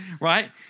right